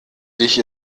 dich